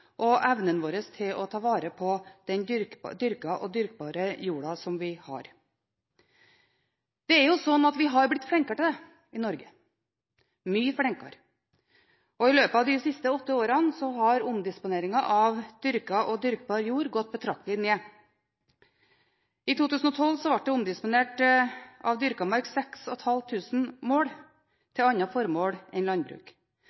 og evnen vår til å ta vare på den dyrkede og dyrkbare jorda som vi har. Det er slik at vi har blitt flinkere til det i Norge – mye flinkere. I løpet av de siste åtte årene har omdisponeringen av dyrket og dyrkbar jord gått betraktelig ned. I 2012 ble det omdisponert 6 500 mål dyrket mark til andre formål enn landbruk. Det er den laveste omdisponeringen av